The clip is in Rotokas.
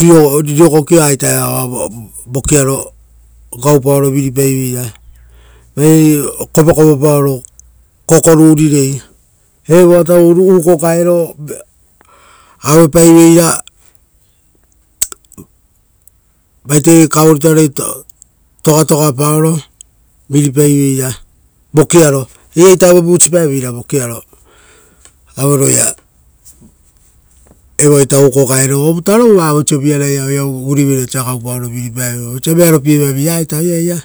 Uva rirova eira kokiova iria vokiaro gaupaoro viripaeveira vairei kopakopa paoro kokorurirei. Evoataporo uuko gaero uva viripaeveira vaiterei togatogapaoro kavoritoarei. Uva eira tapo vusipaeveira gaupaoro uva vearopievavia oira eira.